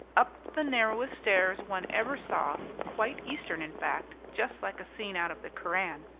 up the narrowest stairs one ever saw quite eastern, in fact, just like a scene out of the koran.